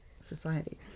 society